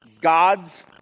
God's